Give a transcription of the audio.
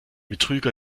betrüger